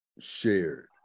shared